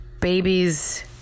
Babies